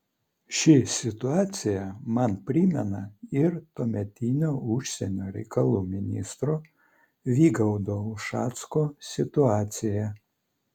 ši situacija man primena ir tuometinio užsienio reikalų ministro vygaudo ušacko situaciją